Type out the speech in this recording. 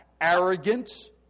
arrogance